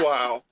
Wow